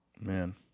man